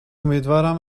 امیدوارم